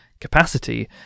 capacity